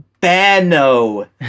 bano